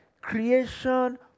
creation